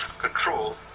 control